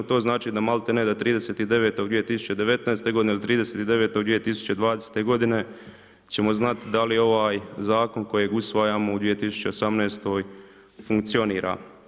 To znači da maltene da 30.9.2019. godine ili 30.9.2020. godine ćemo znati da li je ovaj Zakon kojeg usvajamo u 2018. funkcionira.